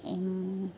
એમ